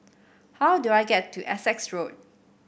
how do I get to Essex Road